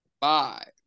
Five